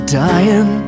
dying